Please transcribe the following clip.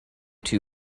too